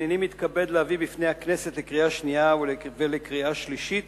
הנני מתכבד להביא בפני הכנסת לקריאה שנייה ולקריאה שלישית